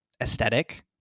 aesthetic